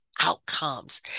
outcomes